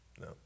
No